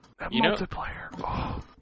multiplayer